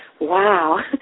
wow